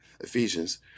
Ephesians